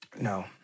no